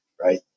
right